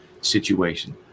situation